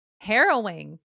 harrowing